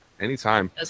Anytime